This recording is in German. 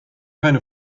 keine